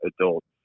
adults